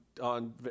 on